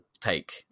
take